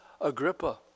Agrippa